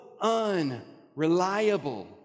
unreliable